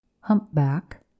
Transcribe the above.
humpback